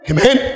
Amen